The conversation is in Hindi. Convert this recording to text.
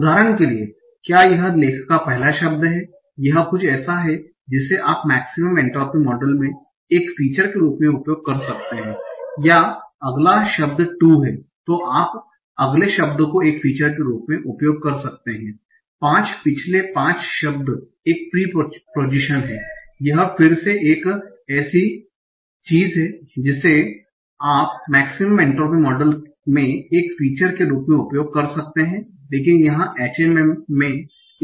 उदाहरण के लिए क्या यह लेख का पहला शब्द है यह कुछ ऐसा है जिसे आप मेक्सिमम एन्ट्रापी मॉडल में एक फीचर के रूप में उपयोग कर सकते हैं या अगला शब्द 'to है तो आप अगले शब्द को एक फीचर के रूप में उपयोग कर सकते हैं 5 पिछले 5 शब्द एक प्रिपोजीशन है यह फिर से एक ऐसी चीज है जिसे आप मेक्सिमम एन्ट्रापी मॉडल में एक फीचर के रूप में उपयोग कर सकते हैं लेकिन यहां HMM में इसमे से प्रत्येक को नहीं बना सकता है